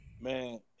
Man